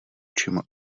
očima